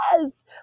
yes